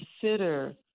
consider